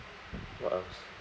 what else